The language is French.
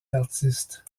d’artistes